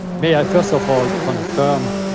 may i, first of all, confirm